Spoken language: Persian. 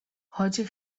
حاجی